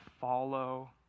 follow